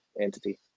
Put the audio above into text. entity